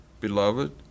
Beloved